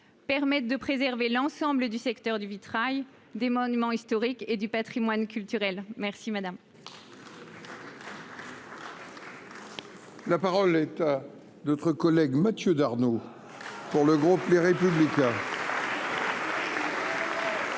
permettra de préserver l'ensemble du secteur du vitrail, des monuments historiques et du patrimoine culturel. La parole est à M. Mathieu Darnaud, pour le groupe Les Républicains.